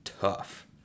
tough